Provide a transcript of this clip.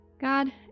God